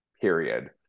Period